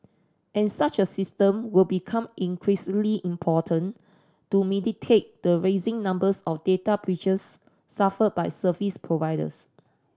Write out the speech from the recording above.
and such a system will become increasingly important to mitigate the rising numbers of data breaches suffered by services providers